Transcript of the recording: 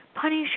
punish